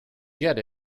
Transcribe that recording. get